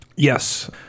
Yes